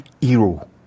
hero